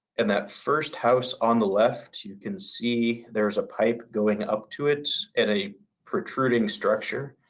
and that first house on the left, you can see there is a pipe going up to it and a protruding structure.